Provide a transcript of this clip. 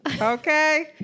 Okay